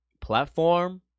platform